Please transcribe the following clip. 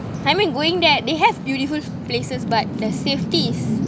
I mean going there they have beautiful places but the safety is